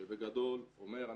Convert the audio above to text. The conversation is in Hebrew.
שבגדול אומר,